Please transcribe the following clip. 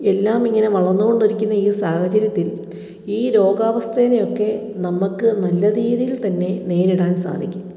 എല്ലാമിങ്ങനെ വളർന്നുകൊണ്ടിരിക്കുന്ന ഈ സാഹചര്യത്തിൽ ഈ രോഗാവസ്ഥയെ ഒക്കെ നമുക്ക് നല്ല രീതിയിൽ തന്നെ നേരിടാൻ സാധിക്കും